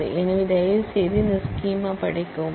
எனவே தயவுசெய்து இந்த ஸ்கீமா படிக்கவும்